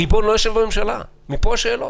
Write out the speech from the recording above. הריבון לא יושב בממשלה ומפה השאלות.